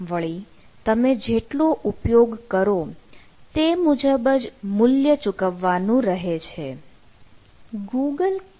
વળી તમે જેટલો ઉપયોગ કરો તે મુજબ જ મૂલ્ય ચૂકવવાનું રહે છે